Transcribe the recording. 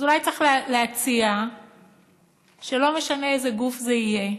אז אולי צריך להציע שלא משנה איזה גוף זה יהיה,